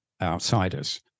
outsiders